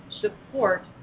support